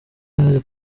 yaje